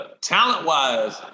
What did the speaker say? talent-wise